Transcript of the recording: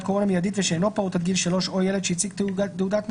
קורונה מיידית ושאינו פעוט עד גיל 3 או ילד שהציג תעודת נכה,